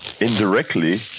Indirectly